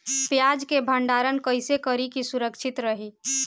प्याज के भंडारण कइसे करी की सुरक्षित रही?